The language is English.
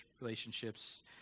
relationships